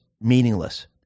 meaningless